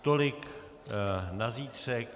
Tolik na zítřek.